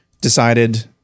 decided